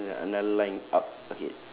then is it there's an~ another line up